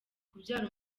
kubyara